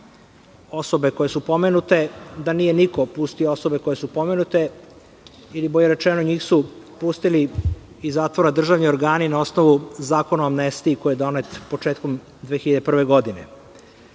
osobe koje su pomenute, nije niko pustio osobe koje su pomenute ili, bolje rečeno, njih su pustili iz zatvora državni organi na osnovu Zakona o amnestiji koji je donet početkom 2001. godine. To